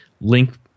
link